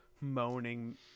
moaning